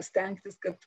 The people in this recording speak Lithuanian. stengtis kad